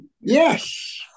Yes